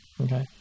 okay